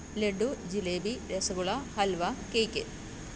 laddu jalebi rasgulla halwa cake